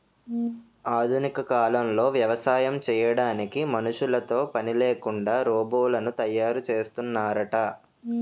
ఆధునిక కాలంలో వ్యవసాయం చేయడానికి మనుషులతో పనిలేకుండా రోబోలను తయారు చేస్తున్నారట